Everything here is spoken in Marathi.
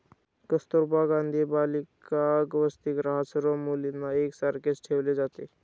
कस्तुरबा गांधी बालिका वसतिगृहात सर्व मुलींना एक सारखेच ठेवले जाते